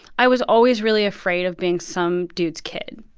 i was always really afraid of being some dude's kid.